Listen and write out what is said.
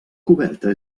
coberta